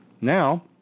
Now